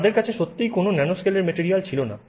তাদের কাছে সত্যিই কোনও ন্যানোস্কেলের মেটেরিয়াল ছিল না